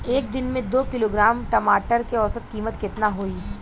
एक दिन में दो किलोग्राम टमाटर के औसत कीमत केतना होइ?